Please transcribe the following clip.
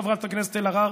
חברת הכנסת אלהרר,